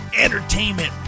entertainment